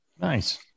Nice